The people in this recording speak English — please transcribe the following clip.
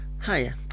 Hiya